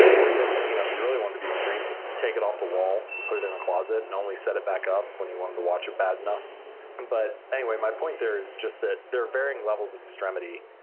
or even you know if you really wanted to be extreme, take it off the wall, and put it in a closet, and only set it back up when you wanted to watch it bad enough and but anyway, my point there is just that there are varying levels of extremity.